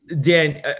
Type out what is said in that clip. Dan